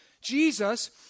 Jesus